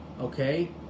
Okay